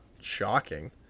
shocking